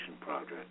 Project